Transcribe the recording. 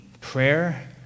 Prayer